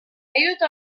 aiutò